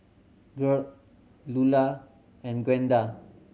Gearld Lulla and Gwenda